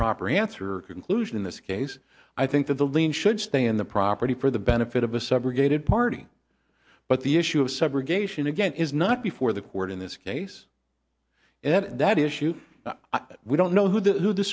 proper answer conclusion in this case i think that the lien should stay in the property for the benefit of a subrogated party but the issue of segregation again is not before the court in this case and that issue we don't know who the who the